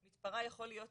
מתפרה יכולה להיות